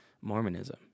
Mormonism